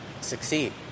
succeed